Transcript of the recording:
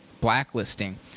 blacklisting